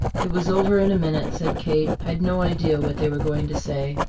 it was over in a minute, said kate. i'd no idea what they were going to say.